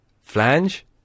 Flange